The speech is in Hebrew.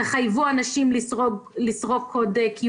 תחייבו אנשים לסרוק קוד QR?